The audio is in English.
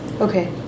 Okay